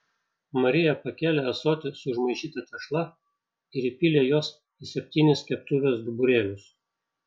marija pakėlė ąsotį su užmaišyta tešla ir įpylė jos į septynis keptuvės duburėlius